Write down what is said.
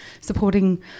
supporting